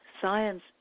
science